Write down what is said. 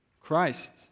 Christ